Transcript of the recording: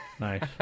Nice